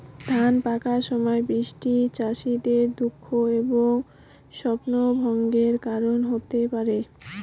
ধান পাকার সময় বৃষ্টি চাষীদের দুঃখ এবং স্বপ্নভঙ্গের কারণ হতে পারে